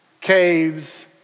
caves